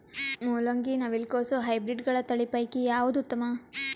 ಮೊಲಂಗಿ, ನವಿಲು ಕೊಸ ಹೈಬ್ರಿಡ್ಗಳ ತಳಿ ಪೈಕಿ ಯಾವದು ಉತ್ತಮ?